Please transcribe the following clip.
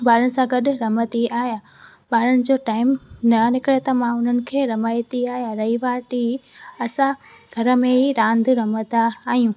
ॿारनि सां गॾु रमंदी आहियां ॿारनि जो टाइम न निकिरे त मां उन्हनि खे रमाएती आहियां रही ॿार टी असां घर में ई रांदि रमंदा आहियूं